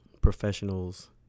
professionals